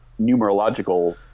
numerological